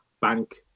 bank